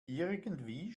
irgendwie